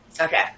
Okay